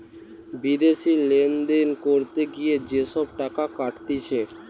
বিদেশি লেনদেন করতে গিয়ে যে সব টাকা কাটতিছে